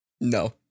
No